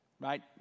right